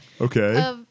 Okay